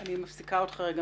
אני מפסיקה אותך לרגע.